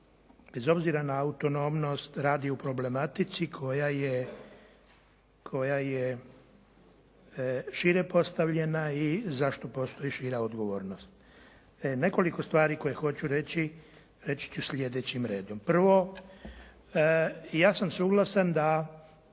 bez obzira na autonomnost radi o problematici koja je šire postavljena i za što postoji šira odgovornost. Nekoliko stvari koje hoću reći, reći ću sljedećim redom. Prvo, ja sam suglasan da,